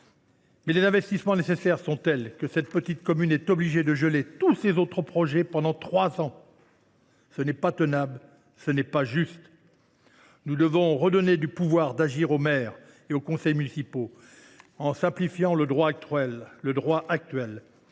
Mais les investissements nécessaires sont tels que cette petite commune est obligée de geler tous ses autres projets pendant trois ans. Ce n’est pas tenable et ce n’est pas juste. Nous devons redonner du pouvoir d’agir aux maires et aux conseils municipaux en simplifiant le droit actuel.